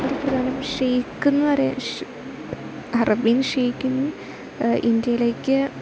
ഒരു പ്രധാന ഷേയ്ക്കെന്നു പറയാം അറബ്യൻ ഷേക്കിനെ ഇന്ത്യയിലേക്ക്